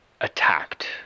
attacked